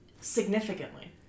significantly